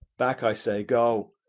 back, i say go,